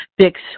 fix